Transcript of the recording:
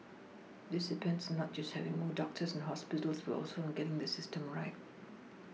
this depends on not just having more doctors and hospitals but also on getting the system right